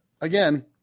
again